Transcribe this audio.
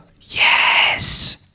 Yes